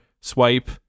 swipe